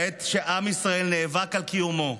בעת שעם ישראל נאבק על קיומו,